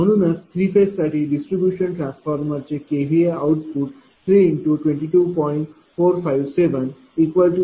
म्हणूनच three phase साठी distribution ट्रान्सफॉर्मरचे kVA आउटपुट 322